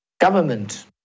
government